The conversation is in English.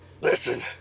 Listen